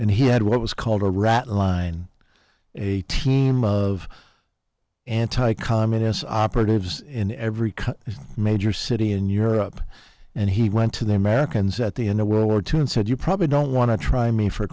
and he had what was called a rat line a team of anti communist operatives in every cut major city in europe and he went to the americans at the in a world war two and said you probably don't want to try me for